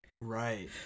Right